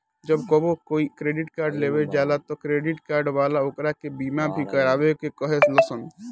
जब कबो कोई क्रेडिट कार्ड लेवे जाला त क्रेडिट कार्ड वाला ओकरा के बीमा भी करावे के कहे लसन